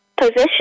position